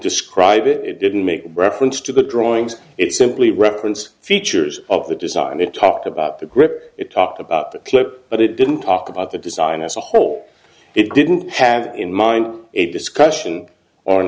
describe it it didn't make reference to the drawings it simply reference features of the design and it talked about the grip it talked about the clip but it didn't talk about the design as a whole it didn't have in mind a discussion o